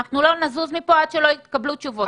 לא נזוז מפה עד שלא יתקבלו תשובות.